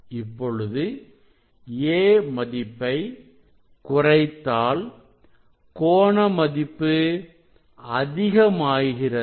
இப்பொழுது a மதிப்பை குறைத்தால் கோண மதிப்பு அதிகமாகிறது